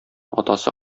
атасы